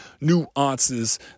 nuances